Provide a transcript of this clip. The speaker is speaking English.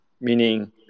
Meaning